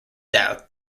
doubts